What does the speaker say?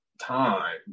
Time